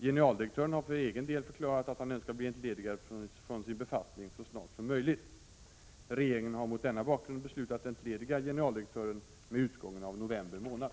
Generaldirektören har för egen del förklarat att han önskar bli entledigad från sin befattning så snart som möjligt. Regeringen har mot denna bakgrund beslutat entlediga generaldirektören vid utgången av november månad.